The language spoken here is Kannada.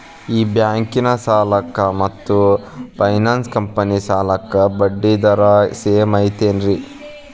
ಈ ಬ್ಯಾಂಕಿನ ಸಾಲಕ್ಕ ಮತ್ತ ಫೈನಾನ್ಸ್ ಕಂಪನಿ ಸಾಲಕ್ಕ ಬಡ್ಡಿ ದರ ಸೇಮ್ ಐತೇನ್ರೇ?